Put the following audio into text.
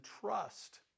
trust